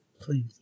Please